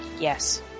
Yes